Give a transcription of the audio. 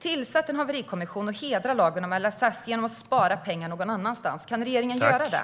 Tillsätt en haverikommission, och hedra LSS genom att spara pengar någon annanstans! Kan regeringen göra det?